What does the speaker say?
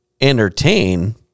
entertain